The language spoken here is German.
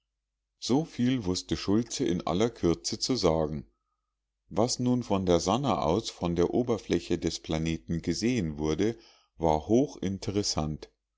so viel wußte schultze in aller kürze zu sagen was nun von der sannah aus von der oberfläche des planeten gesehen wurde war hochinteressant